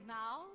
now